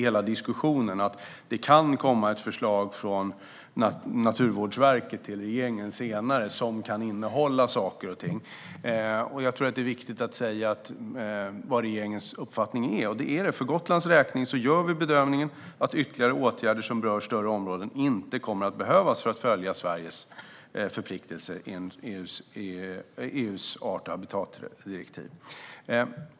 Det kan senare komma ett förslag från Naturvårdsverket till regeringen som kan innehålla saker och ting. Jag tror att det är viktigt att säga vad regeringens uppfattning är. För Gotlands räkning gör vi bedömningen att ytterligare åtgärder som rör större områden inte kommer att behövas för att följa Sveriges förpliktelser enligt EU:s art och habitatdirektiv.